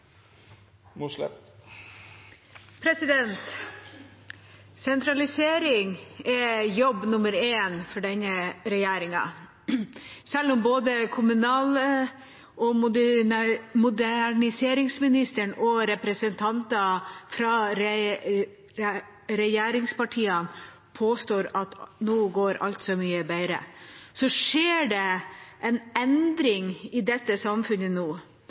Sentralisering er jobb nummer én for denne regjeringa. Selv om både kommunal- og moderniseringsministeren og representanter fra regjeringspartiene påstår at nå går alt så mye bedre, skjer det en endring i dette samfunnet nå,